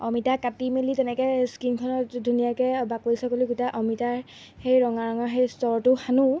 অমিতা কাটি মেলি তেনেকৈ স্কিনখনত ধুনীয়াকৈ বাকলি চাকলি গোটাই অমিতাৰ সেই ৰঙা ৰঙা সেই ষ্টৰটো সানোঁ